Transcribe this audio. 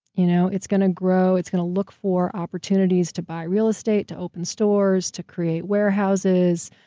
you know it's going to grow, it's going to look for opportunities to buy real estate, to open stores, to create warehouses,